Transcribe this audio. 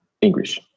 English